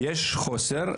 יש חוסר,